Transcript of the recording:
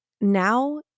now